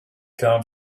come